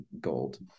gold